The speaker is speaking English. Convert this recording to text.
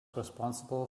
responsible